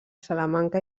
salamanca